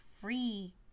free